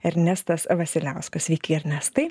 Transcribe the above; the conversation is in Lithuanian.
ernestas vasiliauskas sveiki ernestai